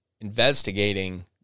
investigating